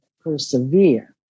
persevere